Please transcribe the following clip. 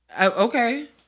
Okay